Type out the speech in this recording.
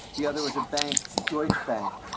the other was a bank, deutsche bank.